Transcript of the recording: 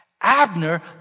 Abner